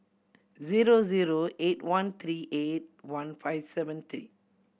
zero zero eight one three eight one five seven three